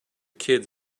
kids